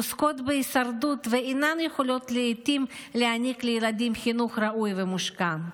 עוסקות בהישרדות ואינן יכולות לעיתים להעניק לילדים חינוך ראוי ומושקע.